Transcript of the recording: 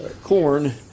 corn